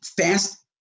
fast